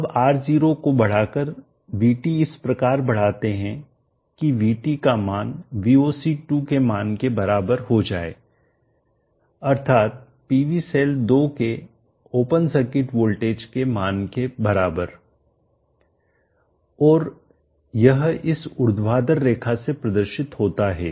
अब R0 को बढ़ाकर VT इस प्रकार बढ़ाते हैं कि VT का मान VOC2 के मान के बराबर हो जाए हैं अर्थात PV सेल 2 के ओपन सर्किट वोल्टेज के मान के बराबरऔर यह इस ऊर्ध्वाधर रेखा से प्रदर्शित होता है